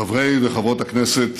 חברי וחברות הכנסת